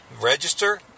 register